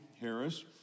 Harris